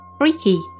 Freaky